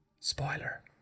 Spoiler